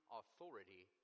authority